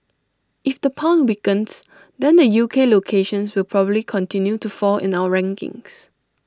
if the pound weakens then the U K locations will probably continue to fall in our rankings